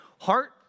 Heart